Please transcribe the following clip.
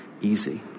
easy